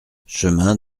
chemin